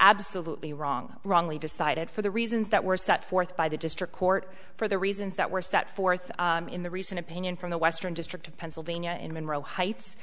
absolutely wrong wrongly decided for the reasons that were set forth by the district court for the reasons that were set forth in the recent opinion from the western district of pennsylvania in monroe heights